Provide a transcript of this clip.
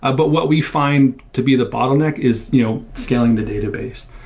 ah but what we find to be the bottleneck is you know scaling the database.